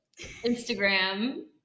Instagram